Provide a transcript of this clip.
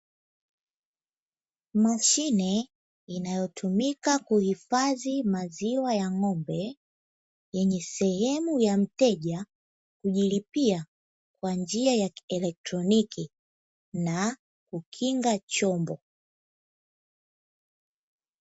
Mashine inayotumika kuhifadhi maziwa ya ng'ombe, yenye sehemu ya mteja kujilipia kwa njia ya kielektroniki na kukinga chombo.